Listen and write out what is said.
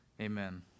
Amen